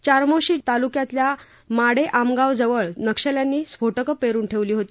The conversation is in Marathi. चामोर्शी तालुक्यातल्या माडेआमगावजवळ नक्षल्यांनी स्फोटकं पेरुन ठेवली होती